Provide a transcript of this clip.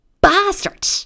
Bastard